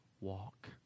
walk